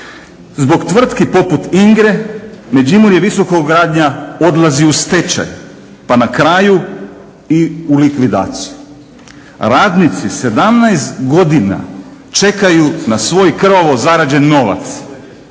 Zbog tvrtki poput INGRA-e Međimurje visokogradnja odlazi u stečaj pa na kraju i u likvidaciju. Radnici 17 godina čekaju na svoj krvavo zarađen novac